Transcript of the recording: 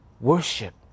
worship